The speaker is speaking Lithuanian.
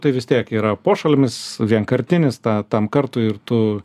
tai vis tiek yra pošalmis vienkartinis tą tam kartui ir tu